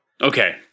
Okay